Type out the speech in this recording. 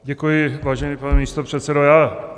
Děkuji, vážený pane místopředsedo.